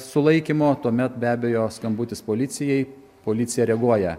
sulaikymo tuomet be abejo skambutis policijai policija reaguoja